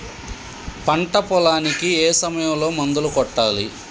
పంట పొలానికి ఏ సమయంలో మందులు కొట్టాలి?